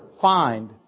find